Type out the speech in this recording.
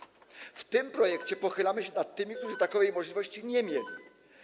W tym projekcie pochylamy się nad tymi, które takowej możliwości nie miały.